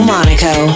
Monaco